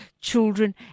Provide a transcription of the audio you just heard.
children